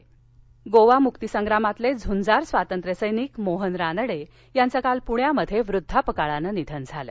मोहन रानडे गोवा मुक्तिसंग्रामातले झंजार स्वातंत्र्यसैनिक मोहन रानडे यांचं काल पृण्यात वृद्धापकाळानं निधन झालं